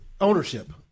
ownership